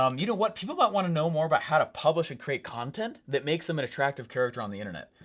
um you know what, people might want to know more about how to publish and create content that makes them an attractive character on the internet,